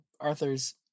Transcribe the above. Arthur's